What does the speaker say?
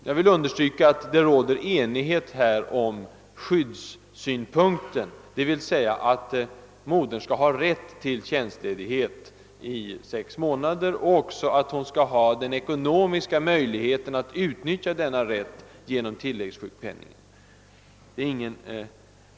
Jag vill understryka att det råder enighet om skyddssynpunkten, d.v.s. att modern skall ha rätt till tjänstledighet i sex månader och också att hon skall ha den ekonomiska möjligheten att utnyttja denna rätt genom tilläggssjukpenning.